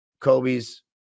Kobe's